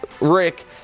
Rick